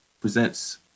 presents